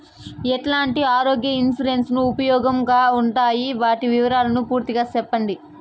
ఎట్లాంటి ఆరోగ్య ఇన్సూరెన్సు ఉపయోగం గా ఉండాయి వాటి వివరాలు పూర్తిగా సెప్పండి?